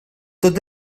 tot